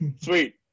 Sweet